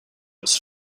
was